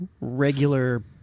regular